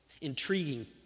intriguing